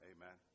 Amen